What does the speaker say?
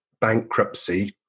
bankruptcy